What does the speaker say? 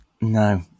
no